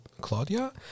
Claudia